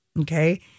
Okay